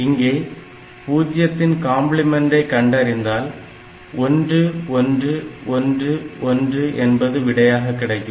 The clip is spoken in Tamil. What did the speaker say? இங்கே பூஜ்ஜியத்தின் காம்ப்ளிமென்டை கண்டறிந்தால் 1111 என்பது விடையாகக் கிடைக்கும்